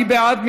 מי בעד?